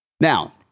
Now